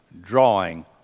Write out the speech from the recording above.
drawing